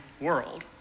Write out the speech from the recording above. world